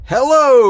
Hello